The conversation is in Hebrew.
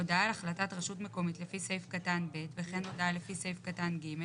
הודעה על החלטת רשות מקומית לפי סעיף קטן ב' וכן הודעה לפי סעיף קטן ג'